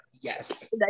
Yes